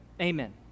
Amen